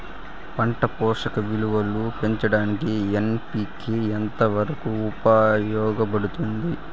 పంట పోషక విలువలు పెంచడానికి ఎన్.పి.కె ఎంత వరకు ఉపయోగపడుతుంది